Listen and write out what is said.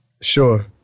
Sure